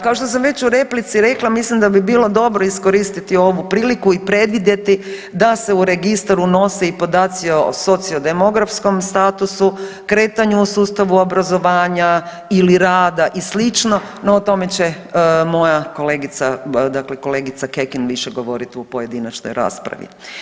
Kao što sam već u replici rekla mislim da bi bilo dobro iskoristiti ovu priliku i predvidjeti da se u registar unose i podaci o socio-demokratskom statusu, kretanju u sustavu obrazovanja ili rada i slično, no o tome će moja kolegica, dakle kolegica Kekin više govoriti u pojedinačnoj raspravi.